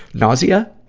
nausea